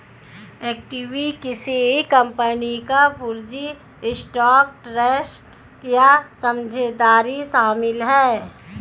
equity किसी company का पूंजी स्टॉक ट्रस्ट या साझेदारी शामिल है